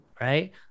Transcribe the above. Right